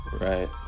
Right